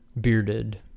bearded